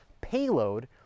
payload